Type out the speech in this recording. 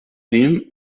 dem